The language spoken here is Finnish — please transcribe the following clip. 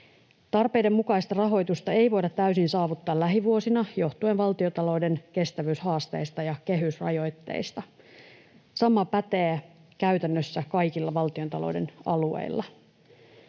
Tarpeiden mukaista rahoitusta ei voida täysin saavuttaa lähivuosina johtuen valtiontalouden kestävyyshaasteista ja kehysrajoitteista. Sama pätee käytännössä kaikilla valtiontalouden alueilla.